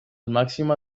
màxima